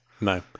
No